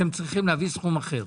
אתם צריכים להביא סכום אחר,